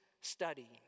study